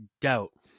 doubt